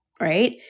Right